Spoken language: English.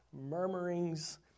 murmurings